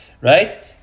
right